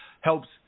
helps